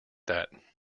that